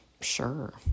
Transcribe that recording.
Sure